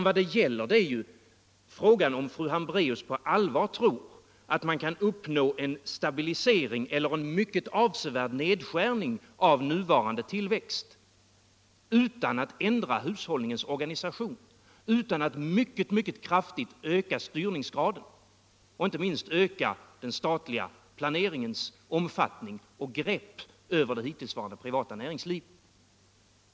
Vad det gäller är huruvida fru Hambraeus på allvar tror att man kan uppnå en stabilisering eller en mycket avsevärd nedskärning av nuvarande tillväxt utan att ändra hushållningens organisation, utan att mycket kraftigt öka styrningsgraden och inte minst öka den statliga planeringens omfattning och grepp över det hittillsvarande privata näringslivet.